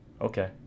okay